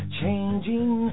changing